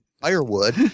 firewood